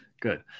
good